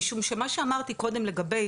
משום שמה שאמרתי מקודם לגבי